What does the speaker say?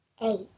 Eight